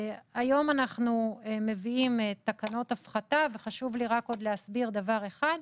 היום אנחנו מביאים תקנות הפחתה וחשוב לי להסביר עוד דבר אחד.